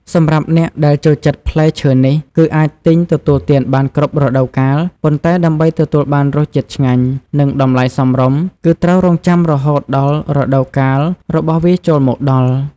សម្រាប់អ្នកដែលចូលចិត្តផ្លែឈើនេះ គឺអាចទិញទទួលទានបានគ្រប់រដូវកាល ប៉ុន្តែដើម្បីទទួលបានរសជាតិឆ្ងាញ់ និងតម្លៃសមរម្យ គឺត្រូវរង់ចាំរហូតដល់រដូវកាលរបស់វាចូលមកដល់។